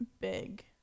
big